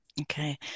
Okay